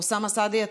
אוסאמה סעדי,